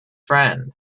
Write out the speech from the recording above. friend